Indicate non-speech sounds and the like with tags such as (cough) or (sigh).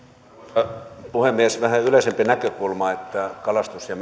arvoisa puhemies vähän yleisempi näkökulma kalastus ja ja (unintelligible)